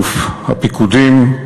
אלוף הפיקודים,